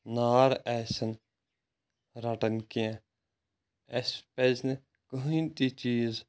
نار آسَن رَٹَن کیٚنٛہہ اسہِ پزِ نہٕ کٕہٕنۍ تہِ چیٖز